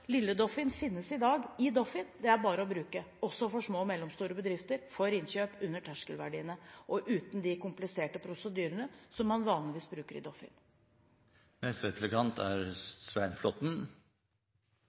finnes i dag i Doffin, det er bare å bruke – også for små og mellomstore bedrifter – for innkjøp under terskelverdiene og uten de kompliserte prosedyrene man vanligvis bruker i Doffin. Antall klager er